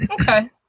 Okay